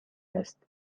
است